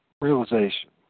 realization